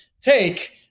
take